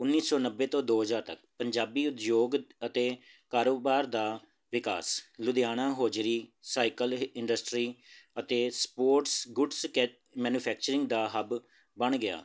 ਉੱਨੀ ਸੌ ਨੱਬੇ ਤੋਂ ਦੋ ਹਜ਼ਾਰ ਤੱਕ ਪੰਜਾਬੀ ਉਦਯੋਗ ਅਤੇ ਕਾਰੋਬਾਰ ਦਾ ਵਿਕਾਸ ਲੁਧਿਆਣਾ ਹੋਜਰੀ ਸਾਈਕਲ ਇੰਡਸਟਰੀ ਅਤੇ ਸਪੋਰਟਸ ਗੁਡ ਸਕੈਚ ਮੈਨੂਫੈਕਚਰਿੰਗ ਦਾ ਹਬ ਬਣ ਗਿਆ